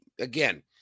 Again